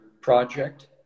project